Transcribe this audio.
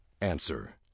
Answer